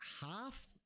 half